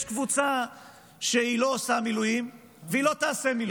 יש קבוצה שלא עושה מילואים, והיא לא תעשה מילואים.